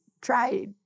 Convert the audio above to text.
try